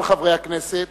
אבל, חברי הכנסת,